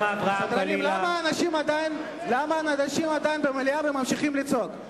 למה אנשים עדיין במליאה וממשיכים לצעוק?